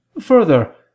Further